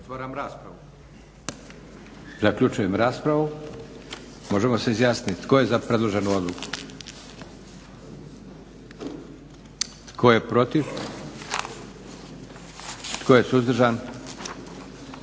Otvaram raspravu. Zaključujem raspravu. Možemo se izjasniti tko je za predloženu odluku? Tko je protiv? Tko je suzdržan?